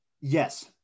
Yes